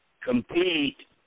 compete